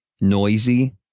noisy